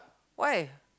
why